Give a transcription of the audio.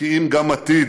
כי אם גם עתיד".